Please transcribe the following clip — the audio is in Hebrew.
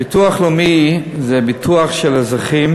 ביטוח לאומי זה ביטוח של אזרחים